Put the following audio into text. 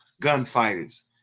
gunfighters